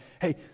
hey